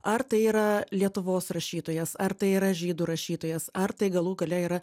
ar tai yra lietuvos rašytojas ar tai yra žydų rašytojas ar tai galų gale yra